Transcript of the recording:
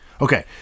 Okay